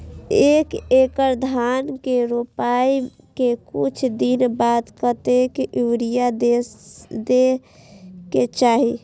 एक एकड़ धान के रोपाई के कुछ दिन बाद कतेक यूरिया दे के चाही?